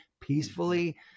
peacefully